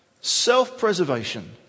Self-preservation